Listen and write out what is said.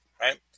right